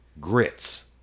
grits